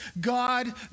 God